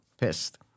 Pissed